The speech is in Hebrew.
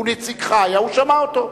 הוא היה נציגך, הוא שמע אותו.